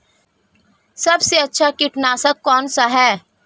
सबसे अच्छा कीटनाशक कौनसा है?